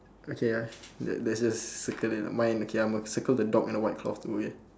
okay ah let's just circle it lah mine I'm okay I'm gonna circle the dog and the white cloth